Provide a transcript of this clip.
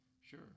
Sure